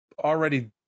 already